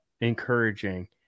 encouraging